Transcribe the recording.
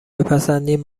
بپسندین